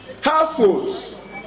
households